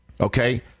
Okay